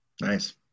Nice